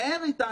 שיישאר אתנו,